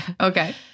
Okay